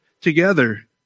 together